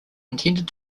intended